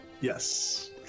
Yes